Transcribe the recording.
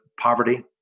poverty